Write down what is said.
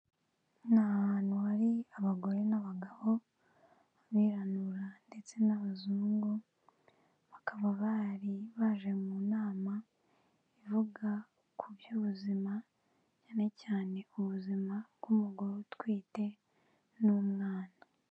Nahantu hari abagore n'abagabo abirabura ndetse n'abazungu, bakaba bari baje mu nama ivuga ku by'ubuzima cyane cyane kubuzima bw'umugore utwite n'umwana.